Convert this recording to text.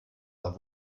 war